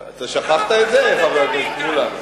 אתה שכחת את זה, חבר הכנסת מולה?